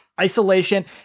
Isolation